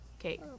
Okay